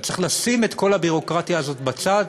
צריך לשים את כל הביורוקרטיה הזאת בצד